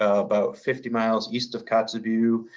ah about fifty miles east of kotzebue.